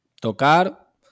tocar